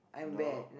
no